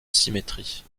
symétrie